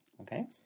Okay